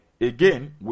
Again